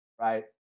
Right